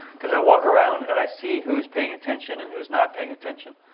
because i walk around and i see who's paying attention and who's not paying attention.